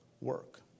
work